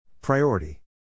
Priority